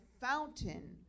fountain